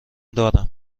دارم